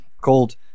called